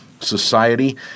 Society